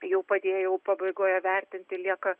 jau padėjau pabaigoje vertinti lieka